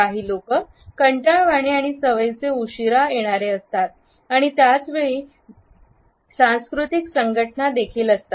काही लोक कंटाळवाणे आणि सवयीचे उशीरा येणारेअसतात आणि त्याच वेळी सांस्कृतिक संघटना देखील असतात